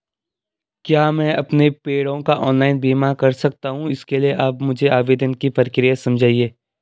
क्या मैं अपने पेड़ों का ऑनलाइन बीमा करा सकता हूँ इसके लिए आप मुझे आवेदन की प्रक्रिया समझाइए?